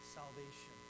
salvation